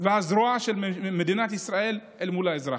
והזרוע של מדינת ישראל מול האזרח.